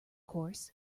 course